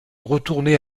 retourné